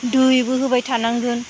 दैबो होबाय थानांगोन